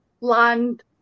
land